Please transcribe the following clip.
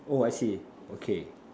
oh I see okay